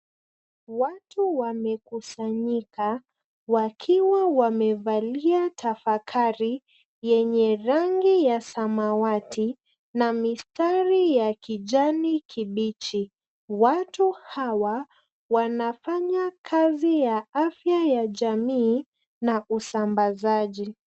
Watu wamekusanyika wakiwa wamevalia tafakari yenye rangi ya samawati na mistari ya kijani kibichi. Watu hawa wanafanya kazi ya afya ya jamii na usambazaji.